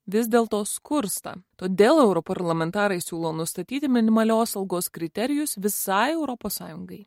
vis dėl to skursta todėl europarlamentarai siūlo nustatyti minimalios algos kriterijus visai europos sąjungai